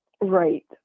Right